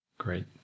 Great